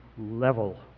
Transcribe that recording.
level